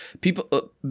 people